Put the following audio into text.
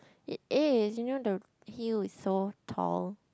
it is you know the heel is so tall